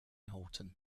horton